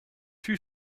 two